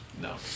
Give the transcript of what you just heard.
No